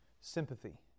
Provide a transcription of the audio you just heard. sympathy